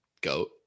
Goat